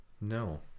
No